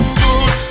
good